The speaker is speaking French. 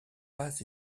pas